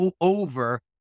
over